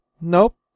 Nope